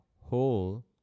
hole